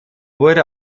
wurde